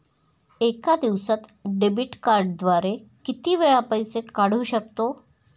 एका दिवसांत डेबिट कार्डद्वारे किती वेळा पैसे काढू शकतो?